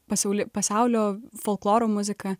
pasauli pasaulio folkloro muzika